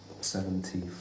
seventy